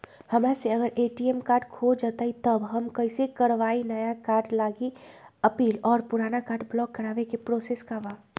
हमरा से अगर ए.टी.एम कार्ड खो जतई तब हम कईसे करवाई नया कार्ड लागी अपील और पुराना कार्ड ब्लॉक करावे के प्रोसेस का बा?